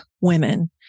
women